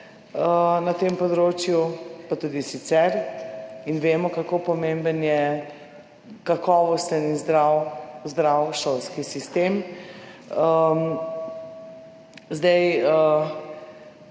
na tem področju, pa tudi sicer, in vemo, kako pomemben je kakovosten in zdrav šolski sistem. Zdaj